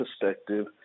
perspective